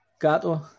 Gato